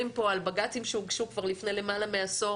פה על בג"צים שהוגשו כבר לפני למעלה מעשור